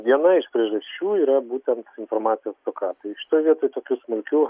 viena iš priežasčių yra būtent informacijos stoka tai šitoj vietoj tokių smulkių